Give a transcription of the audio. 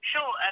Sure